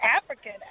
African